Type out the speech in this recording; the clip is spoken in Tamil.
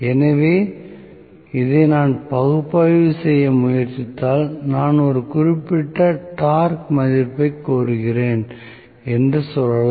எனவே இதை நான் பகுப்பாய்வு செய்ய முயற்சித்தால் நான் ஒரு குறிப்பிட்ட டார்க் மதிப்பைக் கோருகிறேன் என்று சொல்லலாம்